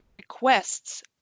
requests